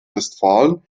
westfalen